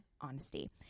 honesty